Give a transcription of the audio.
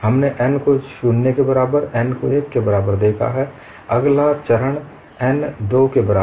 हमने n को 0 के बराबर n को 1 के बराबर देखा है अगला चरण n 2 के बराबर है